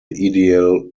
ideal